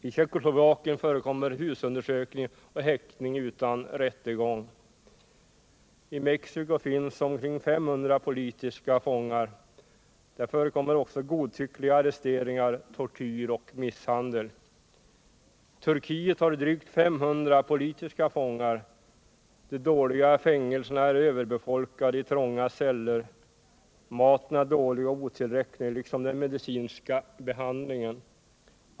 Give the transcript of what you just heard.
I Tjeckoslovakien förekommer husundersökning och häktning utan rättegång. I Mexico finns omkring 500 politiska fångar. Där förekommer också godtyckliga arresteringar, tortyr och misshandel. Turkiet har drygt 500 politiska fångar. De dåliga fängelserna är överbefolkade i trånga celler. Maten är dålig och otillräcklig liksom den medicinska behandlingen.